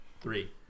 Three